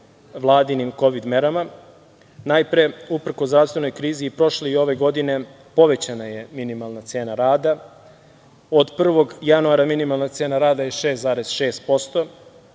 vladinim kovid merama. Najpre, uprkos zdravstvenoj krizi, i prošle i ove godine povećana je minimalna cena rada. Od 1. januara minimalna cena rada je 6,6%,